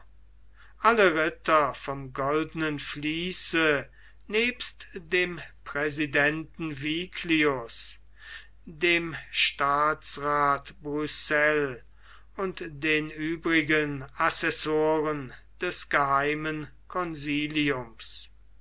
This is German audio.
alle ritter vom goldnen vließe nebst dem presidenten viglius dem staatsrath bruxelles und den übrigen assessoren des geheimen